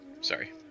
Sorry